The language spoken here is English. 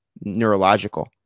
neurological